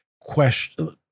question